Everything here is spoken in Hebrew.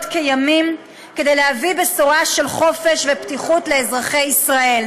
כימים כדי להביא בשורה של חופש ופתיחות לאזרחי ישראל.